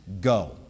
go